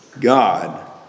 God